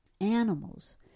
Animals